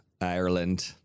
Ireland